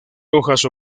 hojas